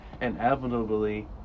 inevitably